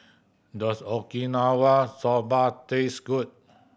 does Okinawa Soba taste good